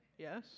Yes